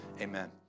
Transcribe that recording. amen